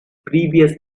previous